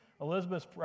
Elizabeth's